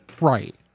right